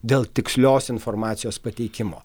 dėl tikslios informacijos pateikimo